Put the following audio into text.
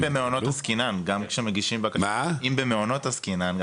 אם במעונות עסקינן,